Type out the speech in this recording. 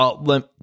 let